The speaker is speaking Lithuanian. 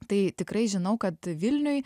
tai tikrai žinau kad vilniuj